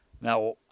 Now